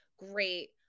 great